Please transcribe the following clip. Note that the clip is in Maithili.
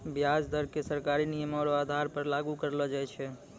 व्याज दर क सरकारी नियमो र आधार पर लागू करलो जाय छै